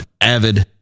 avid